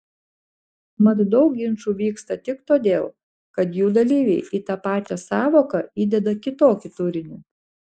mat daug ginčų vyksta tik todėl kad jų dalyviai į tą pačią sąvoką įdeda kitokį turinį